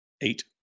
eight